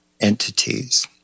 entities